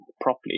properly